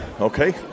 Okay